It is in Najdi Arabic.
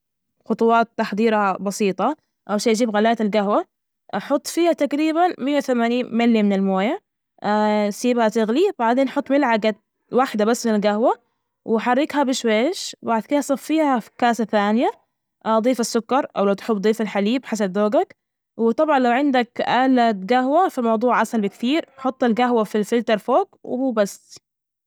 خطوات تحضيرها بسيطة أو شي جيب. غلاية الجهوة أحط فيها تقريبا مائة وثمانين ملي من المويه سيبها تغلي بعدين حط ملعجة وحدة بس من الجهوة وحركها بشويش، وبعد كده صفيها في كاسة ثانيه أضيف السكر أو لا تحب ضيف الحليب حسب ذوجك. وطبعا لو عندك آلة جهوة فالموضوع أسهل بكثير، حط الجهوة في الفلتر فوج و بس.